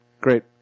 great